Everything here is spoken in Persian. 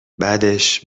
بعدش